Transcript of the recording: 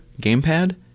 gamepad